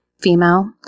female